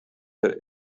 der